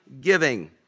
giving